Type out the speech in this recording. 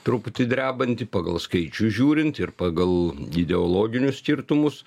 truputį drebanti pagal skaičius žiūrint ir pagal ideologinius skirtumus